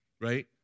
right